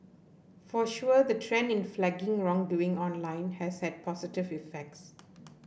for sure the trend in flagging wrong doing online has had positive effects